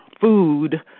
food